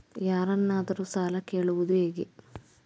ಯಾರನ್ನಾದರೂ ಸಾಲ ಕೇಳುವುದು ಹೇಗೆ?